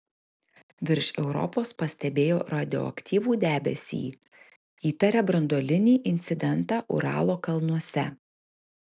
virš europos pastebėjo radioaktyvų debesį įtaria branduolinį incidentą uralo kalnuose